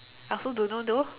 I also don't know though